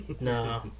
No